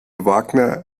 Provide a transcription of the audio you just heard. wagner